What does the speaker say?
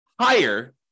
higher